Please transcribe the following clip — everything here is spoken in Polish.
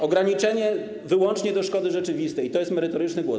Ograniczenie wyłącznie do szkody rzeczywistej, i to jest merytoryczny głos.